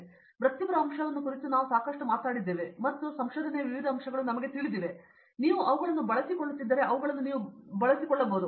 ಅದರಲ್ಲಿ ವೃತ್ತಿಪರ ಅಂಶವನ್ನು ಕುರಿತು ನಾವು ಸಾಕಷ್ಟು ಮಾತಾಡಿದ್ದೇವೆ ಮತ್ತು ಸಂಶೋಧನೆಯ ವಿವಿಧ ಅಂಶಗಳು ನಿಮಗೆ ಹೇಗೆ ತಿಳಿದಿವೆ ನೀವು ಅವುಗಳನ್ನು ಬಳಸಿಕೊಳ್ಳುತ್ತಿದ್ದರೆ ಮತ್ತು ಅವುಗಳನ್ನು ನೀವು ಬಳಸಿಕೊಳ್ಳುತ್ತೀರಿ